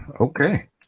okay